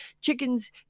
chickens